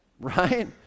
right